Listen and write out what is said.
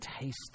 taste